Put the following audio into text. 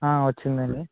వచ్చింది అండి